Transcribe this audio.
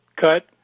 cut